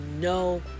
no